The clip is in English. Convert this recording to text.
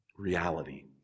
reality